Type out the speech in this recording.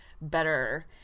better